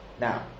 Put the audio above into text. Now